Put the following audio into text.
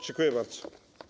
Dziękuję bardzo.